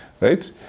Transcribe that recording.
right